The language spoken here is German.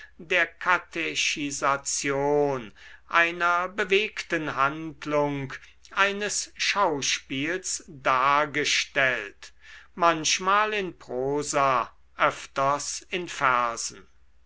der katechisation einer bewegten handlung eines schauspiels dargestellt manchmal in prosa öfters in versen